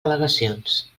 al·legacions